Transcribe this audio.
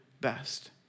best